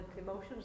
emotions